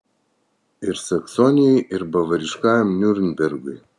ir saksonijai ir bavariškajam niurnbergui